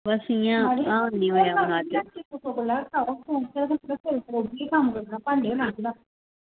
बस इंया